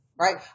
right